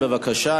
בבקשה.